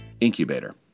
Incubator